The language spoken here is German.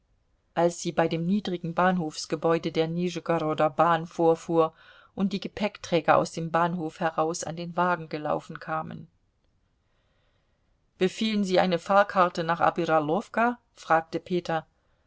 als sie bei dem niedrigen bahnhofsgebäude der nischegoroder bahn vorfuhr und die gepäckträger aus dem bahnhof heraus an den wagen gelaufen kamen befehlen sie eine fahrkarte nach obiralowka fragte peter